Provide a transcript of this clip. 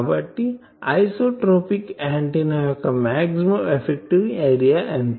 కాబట్టి isotropic antenna యొక్క maximum effective area ఎంత